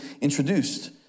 introduced